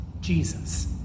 Jesus